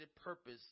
purpose